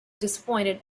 disappointed